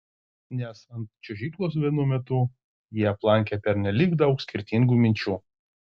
nes ant čiuožyklos vienu metu jį aplankė pernelyg daug skirtingų minčių